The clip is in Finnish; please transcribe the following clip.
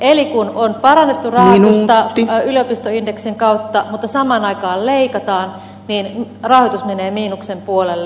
eli kun on parannettu rahoitusta yliopistoindeksin kautta mutta samaan aikaan leikataan niin rahoitus menee miinuksen puolelle